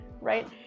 right